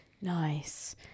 nice